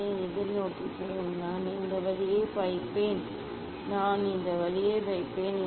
இப்போது நான் இதை எதிர்நோக்குகிறேன் நான் இந்த வழியை வைப்பேன் நான் இந்த வழியை வைப்பேன்